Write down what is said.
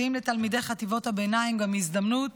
ואנו מציעים לתלמידי חטיבות הביניים גם הזדמנות